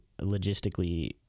logistically